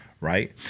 right